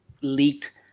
leaked